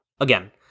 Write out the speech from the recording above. again